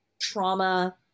trauma